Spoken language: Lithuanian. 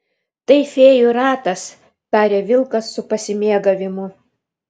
tai fėjų ratas taria vilkas su pasimėgavimu